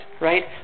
right